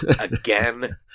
Again